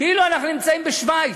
כאילו אנחנו נמצאים בשווייץ,